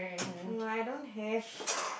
mm I don't have